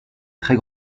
très